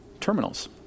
terminals